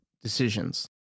decisions